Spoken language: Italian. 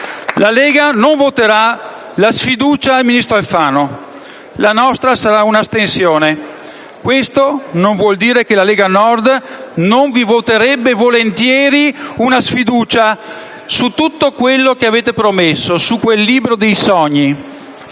La Lega non voterà la sfiducia al ministro Alfano, la nostra sarà un'astensione. Questo non vuol dire che la Lega Nord non vi voterebbe volentieri la sfiducia su quello che avete promesso, il libro dei sogni,